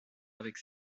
avec